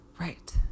Right